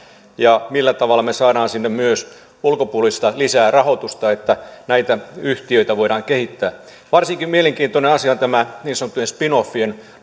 ja millä tavalla me saamme sinne myös lisää ulkopuolista rahoitusta että näitä yhtiöitä voidaan kehittää varsin mielenkiintoinen asia on tämä niin sanottujen spin offien